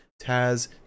Taz